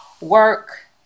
work